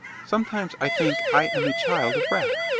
sometimes i think i am a child of wrath.